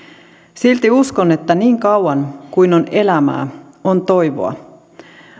silti uskon että niin kauan kuin on elämää on toivoa